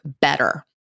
better